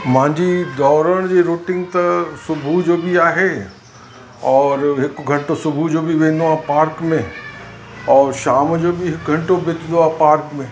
मुंहिंजी दौड़ण जी रूटीन त सुबुह जो बि आहे और हिकु घंटो सुबुह जो बि वेंदो आहे पार्क में और शाम जो बि हिकु हित बितो आहे पार्क में